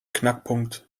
knackpunkt